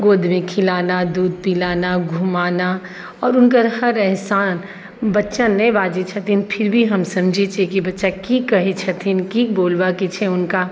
गोदमे खिलाना दूध पिलाना घुमाना आओर हुनकर हर एहसान बच्चा नहि बाजै छथिन फिर भी हम समझै छिए कि बच्चा की कहै छथिन की बोलबाके छै हुनका